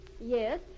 Yes